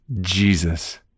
jesus